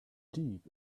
deep